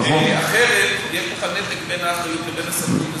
אחרת יהיה כאן נתק בין האחריות לבין הסמכות,